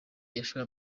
yashoye